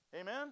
Amen